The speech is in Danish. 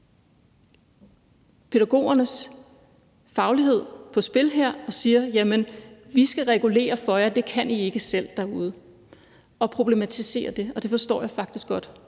pædagogernes faglighed på spil og siger: Jamen vi skal regulere det for jer, for det kan I ikke selv derude. Man problematiserer det, og det forstår jeg faktisk godt.